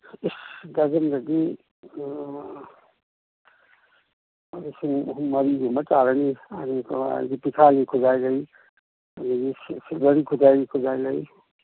ꯏꯁ ꯗ꯭ꯔꯖꯟꯗꯗꯤ ꯂꯤꯁꯤꯡ ꯑꯍꯨꯝ ꯃꯔꯤꯒꯨꯝꯕ ꯇꯥꯔꯅꯤ ꯑꯗꯨꯒ ꯄꯤꯊ꯭ꯔꯥꯏꯒꯤ ꯈꯨꯖꯥꯏ ꯂꯩ ꯑꯗꯒꯤ ꯁꯤꯜꯚꯔꯒꯤ ꯈꯨꯖꯥꯏ ꯂꯩ